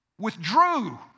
withdrew